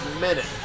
minute